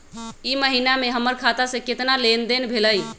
ई महीना में हमर खाता से केतना लेनदेन भेलइ?